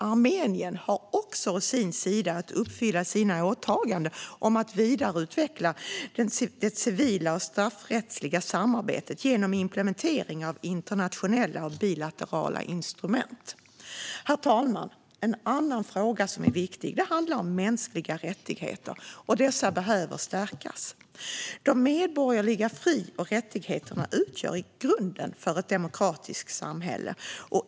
Armenien har å sin sida att uppfylla åtaganden om att vidareutveckla det civil och straffrättsliga samarbetet genom implementering av internationella och bilaterala instrument. Herr talman! Ett annat viktigt område är mänskliga rättigheter. Dessa behöver stärkas. De medborgerliga fri och rättigheterna utgör grunden för ett demokratiskt samhälle.